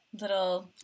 little